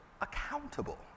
accountable